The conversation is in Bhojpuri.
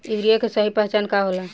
यूरिया के सही पहचान का होला?